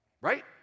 Right